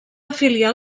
afiliar